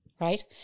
right